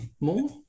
more